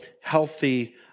healthy